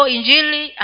Injili